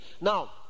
Now